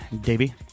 Davey